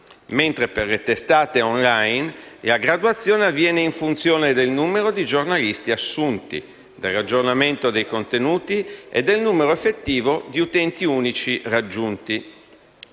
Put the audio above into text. mentre per le testate *on line* la graduazione avviene in funzione del numero dei giornalisti assunti, dell'aggiornamento dei contenuti e del numero effettivo di utenti unici raggiunti.